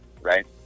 right